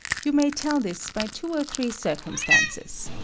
you may tell this by two or three circumstances.